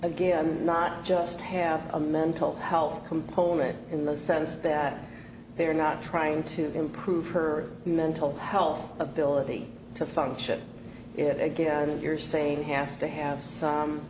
again not just have a mental health component in the sense that they're not trying to improve her mental health ability to function it again and you're saying it has to have some